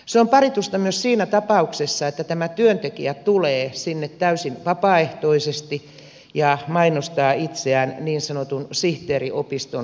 se on paritusta myös siinä tapauksessa että tämä työntekijä tulee sinne täysin vapaaehtoisesti ja mainostaa itseään niin sanotun sihteeriopiston sivuilla